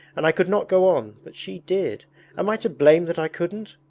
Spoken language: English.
and i could not go on, but she did. am i to blame that i couldn't?